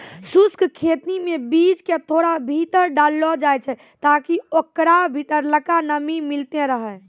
शुष्क खेती मे बीज क थोड़ा भीतर डाललो जाय छै ताकि ओकरा भीतरलका नमी मिलतै रहे